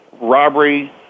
robbery